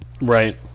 Right